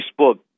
Facebook